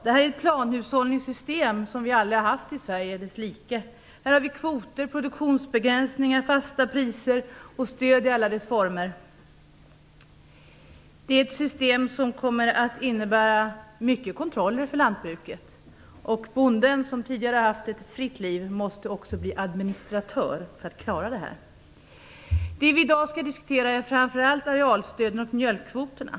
Det är ett planhushållningssystem, och vi har aldrig haft dess like i Sverige. Här har vi kvoter, produktionsbegränsningar, fasta priser och stöd i alla dess former. Det är ett system som kommer att innebära mycket kontroller för lantbruket. Bonden, som tidigare har haft ett fritt liv, måste också bli administratör för att klara det här. Det vi i dag skall diskutera är framför allt arealstöden och mjölkkvoterna.